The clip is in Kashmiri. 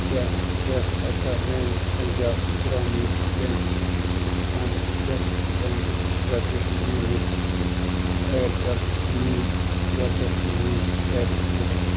کیٛاہ ژٕ ہٮ۪ککھا میانہِ پنٛجاب گرٛامیٖن بیٚنٛک اٮ۪کاونٹ پٮ۪ٹھٕ پانٛژھ ہَتھ رۄپیہِ میٛٲنِس اِیَرٹیٚل مٔنی والٹَس منٛز ایڈ کٔرِتھ